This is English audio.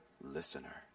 listener